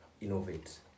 innovate